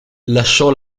lasciò